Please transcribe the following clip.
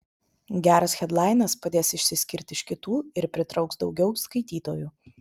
geras hedlainas padės išsiskirt iš kitų ir pritrauks daugiau skaitytojų